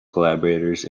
collaborators